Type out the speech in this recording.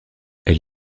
elle